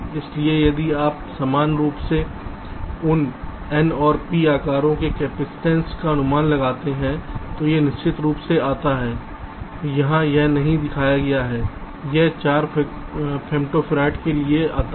इसलिए यदि आप समान रूप से उन n और p प्रकारों के कैपेसिटेंस का अनुमान लगाते हैं तो यह निश्चित रूप से आता है यहां यह नहीं दिखाया गया है यह 4 फेम्टोफैरड के लिए आता है